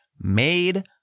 made